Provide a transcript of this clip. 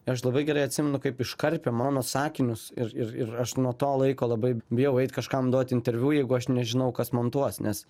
ir aš labai gerai atsimenu kaip iškarpė mano sakinius ir ir ir aš nuo to laiko labai bijau eit kažkam duoti interviu jeigu aš nežinau kas montuos nes